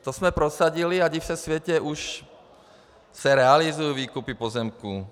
To jsme prosadili a div se světe, už se realizují výkupy pozemků.